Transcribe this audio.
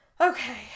Okay